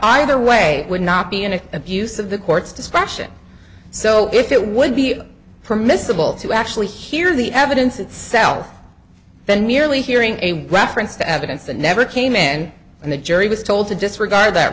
either way would not be an abuse of the court's discretion so if it would be permissible to actually hear the evidence itself then merely hearing a reference to evidence that never came in and the jury was told to disregard that